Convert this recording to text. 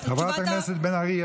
חברת הכנסת בן ארי,